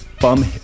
bum